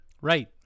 Right